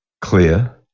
clear